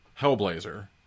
Hellblazer